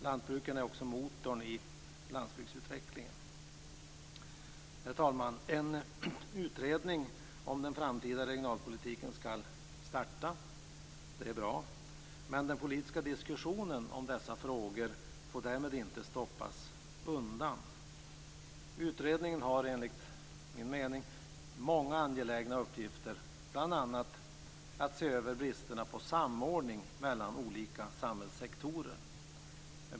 Lantbrukarna är också motorn i landsbygdsutvecklingen. Herr talman! En utredning om den framtida regionalpolitiken skall starta. Det är bra, men den politiska diskussionen om dessa frågor får därmed inte stoppas undan. Utredningen har enligt min mening många angelägna uppgifter, bl.a. att se över bristerna i samordning mellan olika samhällssektorer.